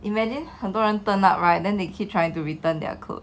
imagine 很多人 turn up right then they keep trying to return their clothes